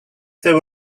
there